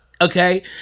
okay